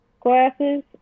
glasses